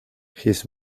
his